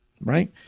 right